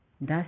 Thus